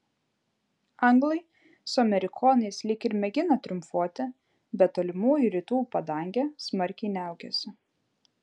anglai su amerikonais lyg ir mėgina triumfuoti bet tolimųjų rytų padangė smarkiai niaukiasi